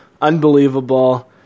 Unbelievable